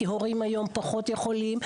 כי ההורים פחות יכולים לעזור.